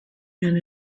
men